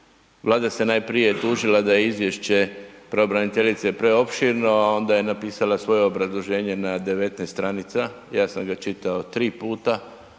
Vlada se najprije tužila da je izvješće pravobraniteljice preopširno, a onda je napisala svoje obrazloženje na 19 stranica, ja sam ga čitao 3 puta